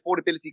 affordability